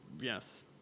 Yes